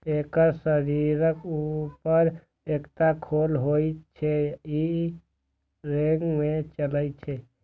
एकर शरीरक ऊपर एकटा खोल होइ छै आ ई रेंग के चलै छै